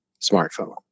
smartphone